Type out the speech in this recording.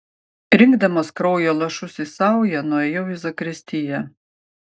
rinkdamas kraujo lašus į saują nuėjau į zakristiją